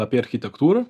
apie architektūrą